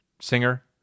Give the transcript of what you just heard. Singer